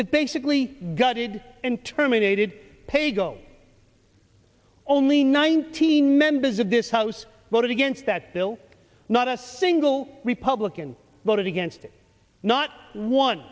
that basically gutted and terminated paygo only nineteen members of this house voted against that bill not a single republican voted against it not one